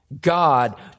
God